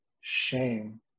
shame